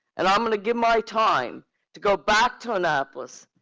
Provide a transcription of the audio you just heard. and i'm gonna give my time to go back to annapolis,